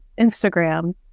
Instagram